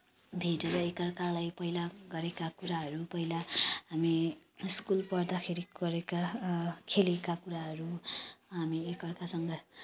भेटेर एक अर्कालाई पहिला गरेका कुराहरू पहिला हामी स्कुल पढ्दाखेरि गरेका खेलेका कुराहरू हामी एक अर्कासँग